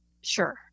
Sure